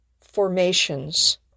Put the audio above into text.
formations